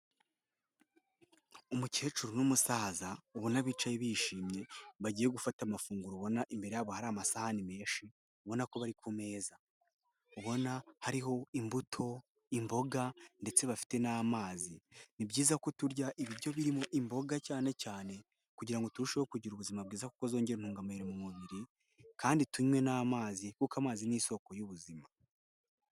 Umukecuru n'umusaza ubona bicaye bishimye, bagiye gufata amafunguro ubona imbere yaho amasahani menshi ubona ko bari ku meza, ubona hariho imbuto, imboga ndetse bafite n'amazi, ni byiza ko turya ibiryo birimo imboga cyane cyane kugirango turusheho kugira ubuzima bwiza kuko zongera intungamubiri mu mubiri kandi tunywe n'amazi kuko amazi ni isoko y'ubuzima.